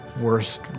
worst